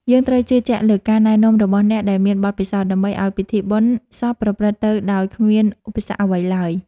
យើងត្រូវជឿជាក់លើការណែនាំរបស់អ្នកដែលមានបទពិសោធន៍ ដើម្បីឱ្យពិធីបុណ្យសពប្រព្រឹត្តទៅដោយគ្មានឧបសគ្គអ្វីឡើយ។